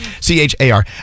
C-H-A-R